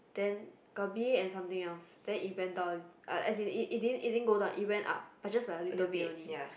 then got b_a and something else then it went down uh as in it didn't it didn't go down it went up but just by a little bit only